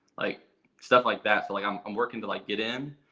like stuff like that, so like i'm i'm working to like get in,